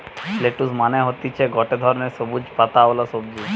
lettuce মানে হতিছে গটে ধরণের সবুজ পাতাওয়ালা সবজি